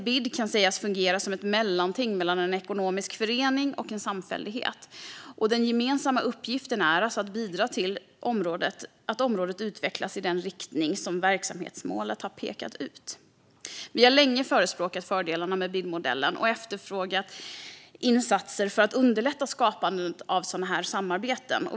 BID kan sägas fungera som ett mellanting mellan ekonomisk förening och samfällighet, och den gemensamma uppgiften är alltså att bidra till att området utvecklas i den riktning som verksamhetsmålet har pekat ut. Vi har länge förespråkat fördelarna med BID-modellen och efterfrågat insatser för att underlätta skapandet av sådana samarbeten.